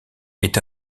est